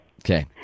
Okay